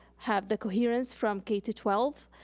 have the coherence from k to twelve,